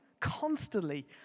constantly